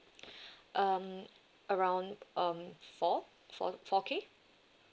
um around um four four four K